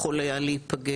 יכול היה להיפגש.